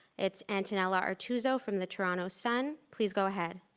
it's antonella artuso from the toronto sun. please go ahead.